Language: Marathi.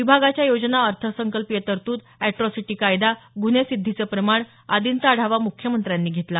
विभागाच्या योजना अर्थसंकल्पीय तरतूद अॅट्रॉसिटी कायदा गुन्हे सिद्धीचं प्रमाण आदींचा आढावा मुख्यमंत्र्यांनी घेतला